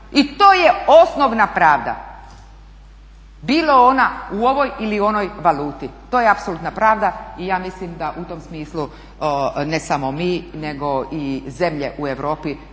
I to je osnovna pravda, bila ona u ovoj ili onoj valuti. To je apsolutna pravda. Ja mislim da u tom smislu ne samo mi nego i zemlje u Europi